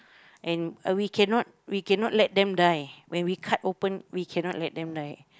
and we cannot we cannot let them die when we cut open we cannot let them die